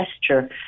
gesture